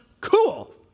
cool